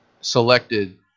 selected